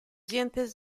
dientes